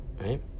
right